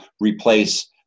replace